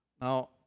Now